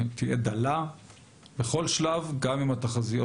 היא תהיה דלה בכל שלב גם אם התחזיות